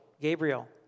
Gabriel